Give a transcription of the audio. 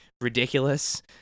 ridiculous